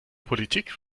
politik